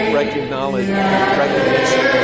recognition